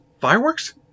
Fireworks